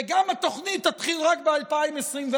וגם התוכנית תתחיל רק ב-2024,